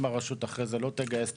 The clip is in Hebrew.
אם הרשות אחרי זה לא תגייס.